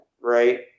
Right